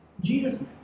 Jesus